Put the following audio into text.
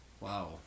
Wow